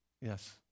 Yes